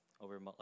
over